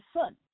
sun